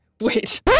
Wait